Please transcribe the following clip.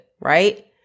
right